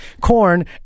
corn